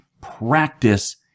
practice